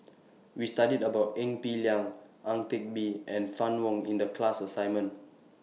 We studied about Ee Peng Liang Ang Teck Bee and Fann Wong in The class assignment